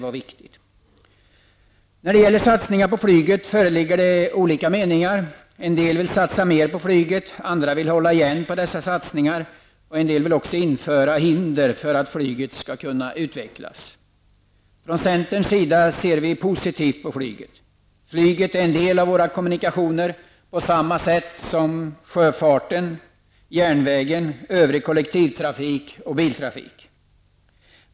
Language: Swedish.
När det gäller satsningen på flyget föreligger det olika meningar. En del vill satsa mera på flyget, andra vill hålla igen på dessa satsningar och några vill även införa hinder för flygets utveckling. Från centerns sida ser vi positivt på flyget. Flyget är en del av våra kommunikationer på samma sätt som sjöfarten, järnvägen, övrig kollektivtrafik och biltrafik.